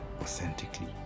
authentically